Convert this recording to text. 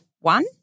one